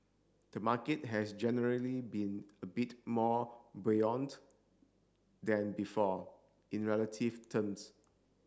the market has generally been a bit more buoyant than before in relative terms